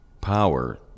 power